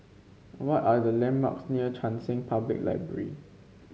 what are the Landmarks near Cheng San Public Library